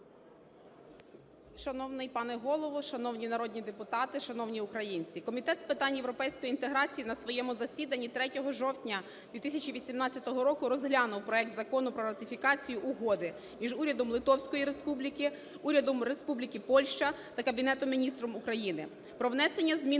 Шановний пане Голово, шановні народні депутати, шановні українці! Комітет з питань європейської інтеграції на своєму засіданні 3 жовтня 2018 року розглянув проект Закону про ратифікацію Угоди між Урядом Литовської Республіки, Урядом Республіки Польща та Кабінетом Міністрів України про внесення змін